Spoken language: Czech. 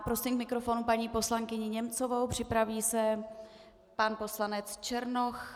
Prosím k mikrofonu paní poslankyni Němcovou, připraví se pan poslanec Černoch.